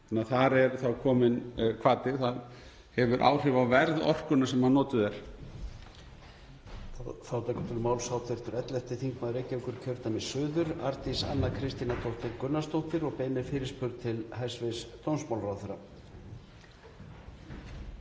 Þannig að þar er kominn hvati. Það hefur áhrif á verð orkunnar sem notuð er.